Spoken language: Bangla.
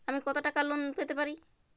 আমি কত টাকা লোন পেতে পারি?